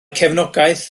cefnogaeth